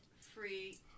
free